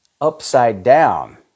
upside-down